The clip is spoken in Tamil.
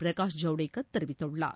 பிரகாஷ் ஜவடேகர் தெரிவித்துள்ளார்